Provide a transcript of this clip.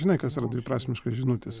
žinai kas yra dviprasmiškos žinutės